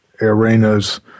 arenas